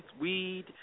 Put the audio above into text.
weed